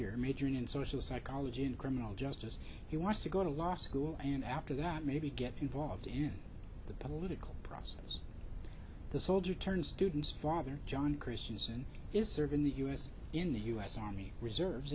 year majoring in social psychology and criminal justice he wants to go to law school and after that maybe get involved in the political process the soldier turns students father john christiansen is serving the u s in the u s army reserves